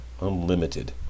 Unlimited